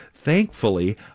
thankfully